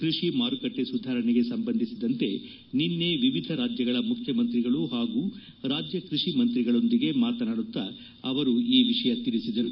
ಕೃಷಿ ಮಾರುಕಟ್ಷೆ ಸುಧಾರಣೆಗೆ ಸಂಬಂದಿಸಿದಂತೆ ನಿನ್ನೆ ವಿವಿಧ ರಾಜ್ಯಗಳ ಮುಖ್ಯಮಂತ್ರಿಗಳು ಹಾಗೂ ರಾಜ್ಯ ಕೃಷಿ ಮಂತ್ರಿಗಳೊಂದಿಗೆ ಮಾತನಾಡುತ್ತಾ ಅವರು ಈ ವಿಷಯ ಹೇಳಿದರು